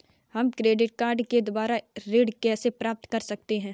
हम credit card के द्वारा ऋण कैसे प्राप्त कर सकते हैं?